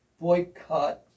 boycott